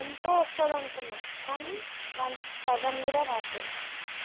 ఎంతో వస్తది అనుకున్నాము కానీ దానికి సగం కూడా రావట్లేదు